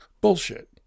Bullshit